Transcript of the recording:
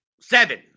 seven